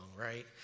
right